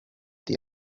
the